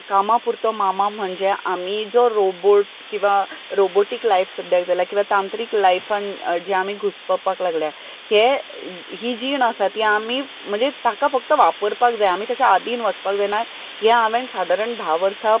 कामा पुरतो मामा म्हणजे आमी जो रोबोट किंवां रोबोटीक लायफ सुद्दां जालां किंवां तांत्रीक लायफान जें आमी घुस्पपाक लागल्या हे ही जीण आसा ती आमी म्हणजे ताका फक्त वापरपाक जाय आमी ताचे आदीन वचपाक जायना तें हांवें सादारण धा वर्सां